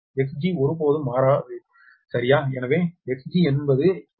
Xg ஒருபோதும் மாறாது சரியா எனவே Xgஎன்பது 0